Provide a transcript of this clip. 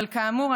אבל כאמור,